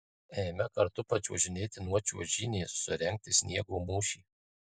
eime kartu pačiuožinėti nuo čiuožynės surengti sniego mūšį